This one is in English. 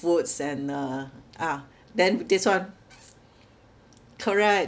foods and uh ah then this one correct